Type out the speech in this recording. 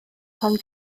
pan